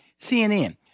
CNN